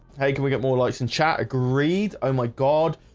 hey, can we get more likes and chat agreed? oh my god